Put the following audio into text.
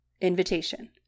invitation